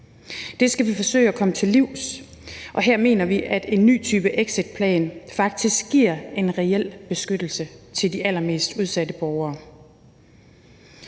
Det skal vi forsøge at komme til livs, og her mener vi, at en ny type exitplan faktisk giver en reel beskyttelse til de allermest udsatte borgere.